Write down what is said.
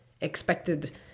expected